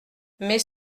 mais